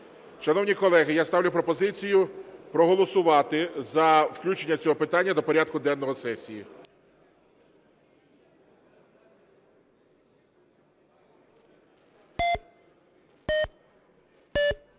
Шановні колеги, я ставлю пропозицію проголосувати за включення цього питання до порядку денного сесії.